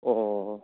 অঁ